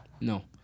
No